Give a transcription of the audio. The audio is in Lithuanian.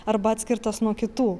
arba atskirtas nuo kitų